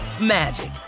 magic